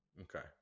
Okay